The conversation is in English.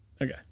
Okay